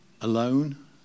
alone